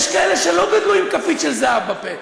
יש כאלה שלא גדלו עם כפית של זהב בפה.